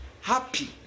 happy